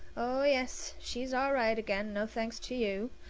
oh, yes, she's all right again no thanks to you.